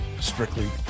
Strictly